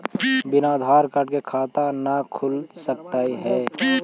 बिना आधार कार्ड के खाता न खुल सकता है?